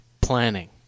planning